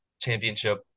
championship